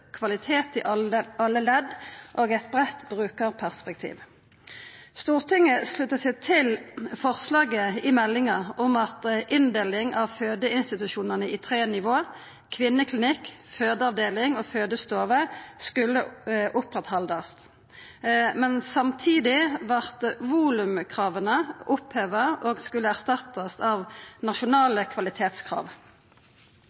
kvalitet i alle ledd og eit breitt brukarperspektiv. Stortinget slutta seg til forslaget i meldinga om at inndelinga av fødeinstitusjonane i tre nivå – kvinneklinikk, fødeavdeling og fødestove – skulle oppretthaldast, men samtidig vart volumkrava oppheva og skulle erstattast av